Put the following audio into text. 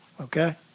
Okay